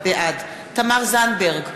בעד תמר זנדברג,